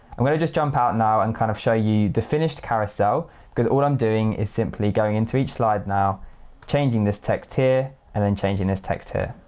i'm going to just jump out now and kind of show you the finished linkedin carousel because all i'm doing is simply going into each slide now changing this text here and then changing this text here.